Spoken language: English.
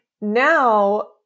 now